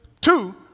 Two